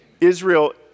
Israel